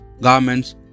garments